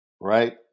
right